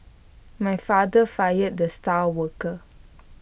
my father fired the star worker